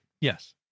Yes